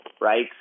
right